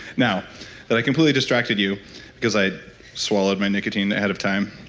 now that i completely distracted you because i'd swallowed my nicotine ahead of time,